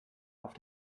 auf